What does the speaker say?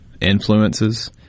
influences